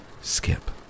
skip